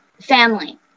family